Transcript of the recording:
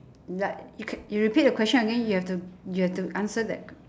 like you c~ you repeat the question again you have to you have to answer that